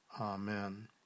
Amen